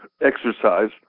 exercise